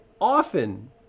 often